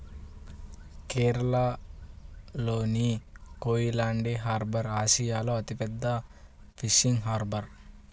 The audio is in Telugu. కేరళలోని కోయిలాండి హార్బర్ ఆసియాలో అతిపెద్ద ఫిషింగ్ హార్బర్